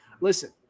Listen